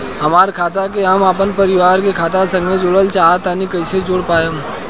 हमार खाता के हम अपना परिवार के खाता संगे जोड़े चाहत बानी त कईसे जोड़ पाएम?